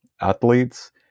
athletes